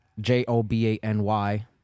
j-o-b-a-n-y